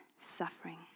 suffering